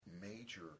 major